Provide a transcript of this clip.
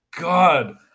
god